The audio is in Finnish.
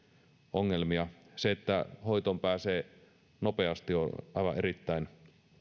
ongelmia se että hoitoon pääsee nopeasti on aivan erittäin